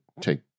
take